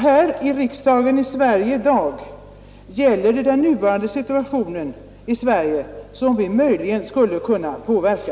Här i riksdagen i dag är det den nuvarande situationen i Sverige som vi debatterar och som vi möjligen skulle kunna påverka.